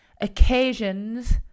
occasions